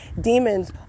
Demons